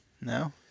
No